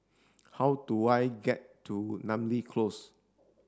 how do I get to Namly Close